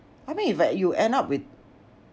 I mean if you end up with